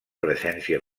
presència